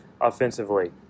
offensively